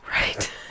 Right